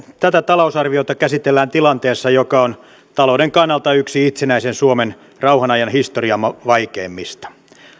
tätä talousarviota käsitellään tilanteessa joka on talouden kannalta yksi itsenäisen suomen rauhan ajan historian vaikeimmista